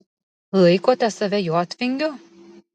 laikote save jotvingiu